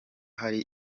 hari